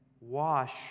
Wash